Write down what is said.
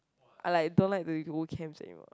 I like don't like to do camps anymore